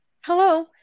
Hello